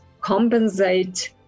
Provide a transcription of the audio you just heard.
compensate